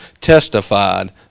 testified